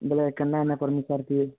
ମୁଁ କହିଲି କେନା କେନା କରିବି ସାର୍ ଟିକେ